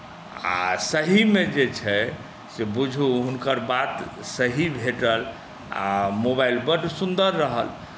आ सहीमे जे छै से बुझू हुनकर बात सही भेटल आ मोबाइल बड्ड सुन्दर रहल